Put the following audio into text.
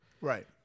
Right